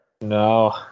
no